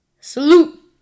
Salute